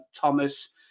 Thomas